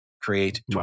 Create